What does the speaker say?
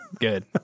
Good